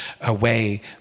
away